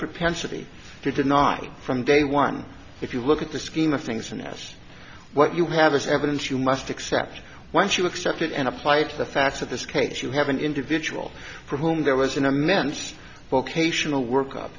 propensity to deny from day one if you look at the scheme of things in s what you have is evidence you must accept once you accept it and apply it to the facts of this case you have an individual for whom there was an immense vocational work up